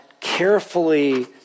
carefully